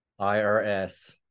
IRS